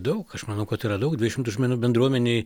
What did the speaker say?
daug aš manau kad tai yra daug dviejų šimtų žmonių bendruomenėj